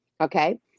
Okay